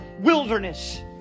wilderness